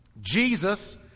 Jesus